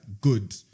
good